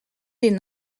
des